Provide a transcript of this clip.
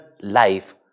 life